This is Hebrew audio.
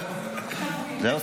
זהו?